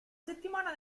settimana